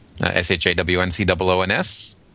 S-H-A-W-N-C-O-O-N-S